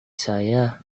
saya